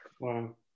Wow